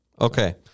Okay